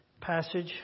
passage